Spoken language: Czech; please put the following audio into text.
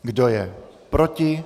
Kdo je proti?